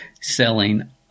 selling